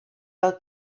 out